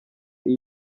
iyo